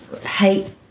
hate